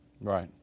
right